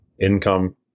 income